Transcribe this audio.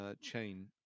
chain